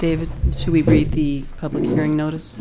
david to repeat the public hearing notice